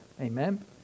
Amen